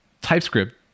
TypeScript